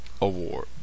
Award